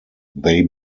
they